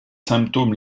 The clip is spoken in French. symptômes